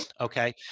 okay